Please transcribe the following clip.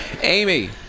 Amy